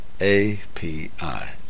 A-P-I